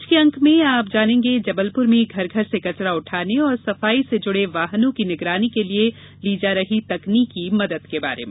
आज के अंक में आप जानेंगें जबलपुर में घर घर से कचरा उठाने और सफाई से जुड़े वाहनों की निगरानी के लिये ली जा रही तकनीकी मदद के बारे में